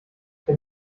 wenn